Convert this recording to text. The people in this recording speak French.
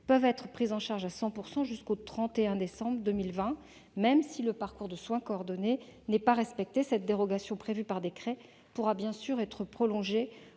peuvent être prises en charge à 100 % jusqu'au 31 décembre 2020, même si le parcours de soins coordonné n'est pas respecté. Cette dérogation prévue par décret pourra bien sûr être prolongée